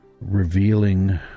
revealing